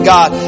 God